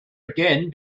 again